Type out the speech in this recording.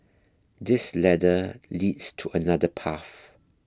this ladder leads to another path